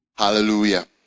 Hallelujah